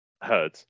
heard